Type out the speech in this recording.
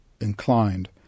inclined